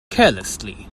carelessly